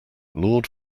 lord